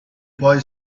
boy